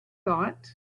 thought